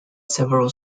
several